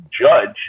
judge